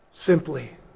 Simply